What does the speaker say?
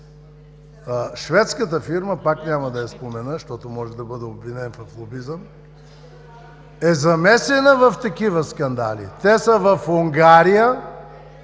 Шведската фирма, пак няма да я спомена, защото може да бъда обвинен в лобизъм, е замесена в такива скандали. (Реплики.) Те са в Унгария